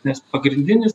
nes pagrindinis